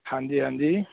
ਹਾਂਜੀ ਹਾਂਜੀ